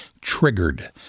Triggered